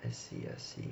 I see I see